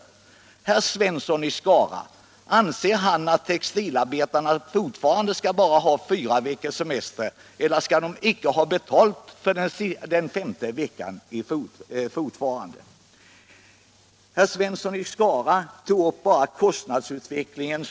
Anser herr Svensson i Skara att textilarbetarna fortfarande bara skall ha fyra veckors semester, eller skall de icke ha betalt för den femte veckan? Herr Svensson i Skara tog bara upp kostnadsutvecklingen.